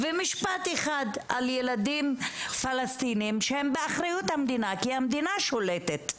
ומשפט אחד על ילדים פלסטינים שהם אחריות במדינה כי המדינה שולטת,